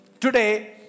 Today